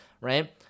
Right